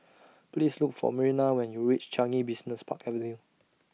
Please Look For Myrna when YOU REACH Changi Business Park Avenue